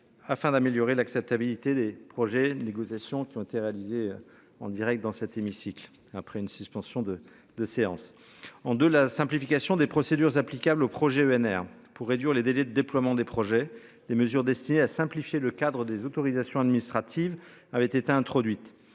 afin d'améliorer l'acceptabilité des projets de négociations qui ont été réalisées. En Direct dans cet hémicycle. Après une suspension de 2 séances en de la simplification des procédures applicables aux projets ENR pour réduire les délais de déploiement des projets des mesures destinées à simplifier le cadre des autorisations administratives avaient été introduites.